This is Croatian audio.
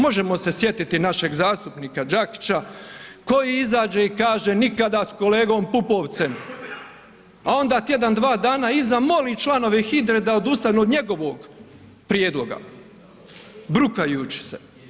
Možemo se sjetiti našeg zastupnika Đakića koji izađe i kaže nikada sa kolegom Pupovcem a onda tjedan, dva dana iza moli članove HVIDRA-e da odustanu od njegovog prijedloga brukajući se.